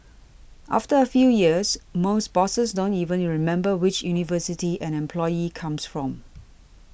after a few years most bosses don't even remember which university an employee comes from